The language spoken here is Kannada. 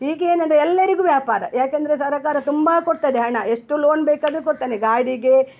ಈಗ ಏನೆಂದ್ರೆ ಎಲ್ಲರಿಗೂ ವ್ಯಾಪಾರ ಯಾಕೆಂದರೆ ಸರ್ಕಾರ ತುಂಬ ಕೊಡ್ತದೆ ಹಣ ಎಷ್ಟು ಲೋನ್ ಬೇಕಾದ್ರೂ ಕೊಡ್ತಾನೆ ಗಾಡಿಗೆ